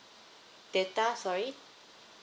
data sorry